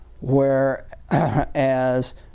Whereas